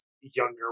younger